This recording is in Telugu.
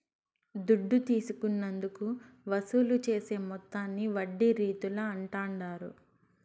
దుడ్డు తీసుకున్నందుకు వసూలు చేసే మొత్తాన్ని వడ్డీ రీతుల అంటాండారు